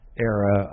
era